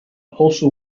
also